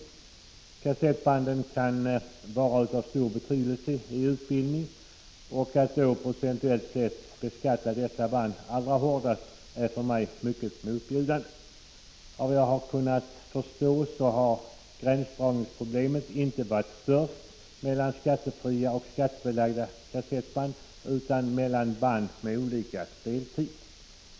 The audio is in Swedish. De senare kassettbanden kan vara av stor betydelse i utbildningen, och att då procentuellt sett beskatta dessa band allra hårdast är för mig mycket motbjudande. Såvitt jag har kunnat förstå har gränsdragningsproblemet inte varit störst när det gäller skattefria och skattebelagda kassettband utan när det gäller band med olika speltid.